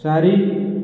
ଚାରି